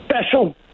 special